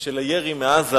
של הירי מעזה